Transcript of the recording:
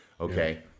okay